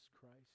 Christ